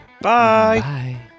Bye